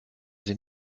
sie